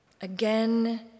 Again